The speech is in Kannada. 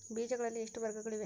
ಬೇಜಗಳಲ್ಲಿ ಎಷ್ಟು ವರ್ಗಗಳಿವೆ?